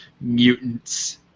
mutants